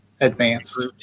advanced